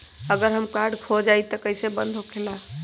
अगर हमर कार्ड खो जाई त इ कईसे बंद होकेला?